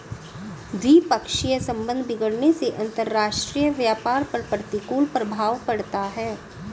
द्विपक्षीय संबंध बिगड़ने से अंतरराष्ट्रीय व्यापार पर प्रतिकूल प्रभाव पड़ता है